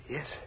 Yes